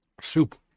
Soup